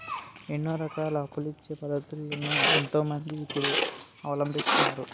ఎన్నో రకాల అప్పులిచ్చే పద్ధతులను ఎంతో మంది ఇప్పుడు అవలంబిస్తున్నారు